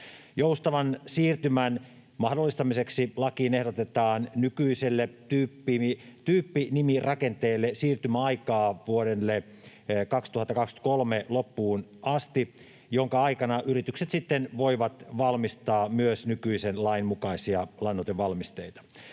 Joustavan siirtymän mahdollistamiseksi lakiin ehdotetaan nykyiselle tyyppinimirakenteelle vuoden 2023 loppuun asti siirtymäaikaa, jonka aikana yritykset voivat valmistaa myös nykyisen lain mukaisia lannoitevalmisteita.